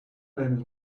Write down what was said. name